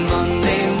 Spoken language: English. Monday